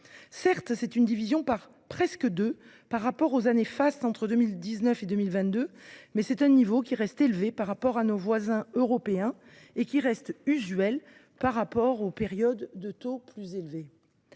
Certes, c’est une division par presque deux par rapport aux années fastes que furent les années 2019 à 2022, mais c’est un niveau qui reste élevé par rapport à nos voisins européens et usuel par rapport aux périodes de taux plus élevés.